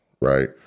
right